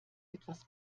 etwas